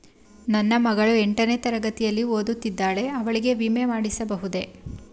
ನನ್ನ ಮಗಳು ಎಂಟನೇ ತರಗತಿಯಲ್ಲಿ ಓದುತ್ತಿದ್ದಾಳೆ ಅವಳಿಗೆ ವಿಮೆ ಮಾಡಿಸಬಹುದೇ?